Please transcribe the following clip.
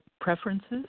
preferences